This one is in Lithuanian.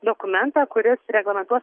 dokumentą kuris reglamentuos